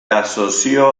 asoció